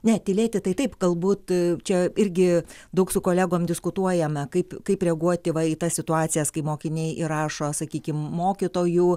ne tylėti tai taip galbūt čia irgi daug su kolegom diskutuojame kaip kaip reaguoti va į tas situacijas kai mokiniai įrašo sakykim mokytojų